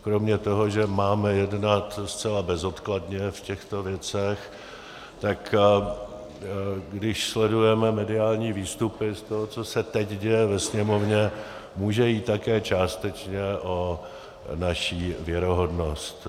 Kromě toho, že máme jednat zcela bezodkladně o těchto věcech, tak když sledujeme mediální výstupy z toho, co se teď děje ve Sněmovně, může jít také částečně o naši věrohodnost.